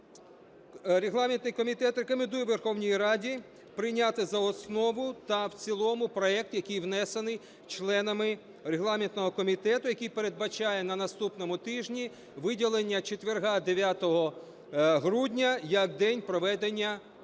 Регламентний комітет рекомендує Верховній Раді прийняти за основу та в цілому проект, який внесений членами регламентного комітету, який передбачає на наступному тижні виділення четверга 9 грудня як день проведення пленарних